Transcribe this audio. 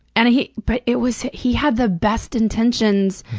and he but it was he had the best intentions.